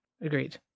Agreed